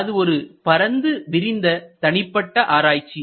அது ஒரு பரந்து விரிந்த தனிப்பட்ட ஆராய்ச்சி